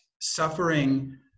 suffering